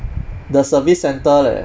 the service centre leh